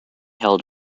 held